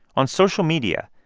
on social media,